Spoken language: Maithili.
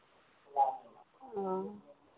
ओ